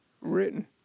written